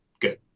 good